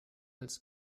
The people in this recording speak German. als